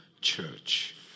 church